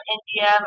India